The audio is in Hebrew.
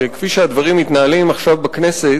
שכפי שהדברים מתנהלים עכשיו בכנסת,